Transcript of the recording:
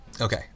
Okay